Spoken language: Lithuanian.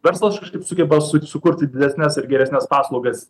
verslas kažkaip sugeba su sukurti didesnes ir geresnes paslaugas